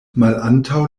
malantaŭ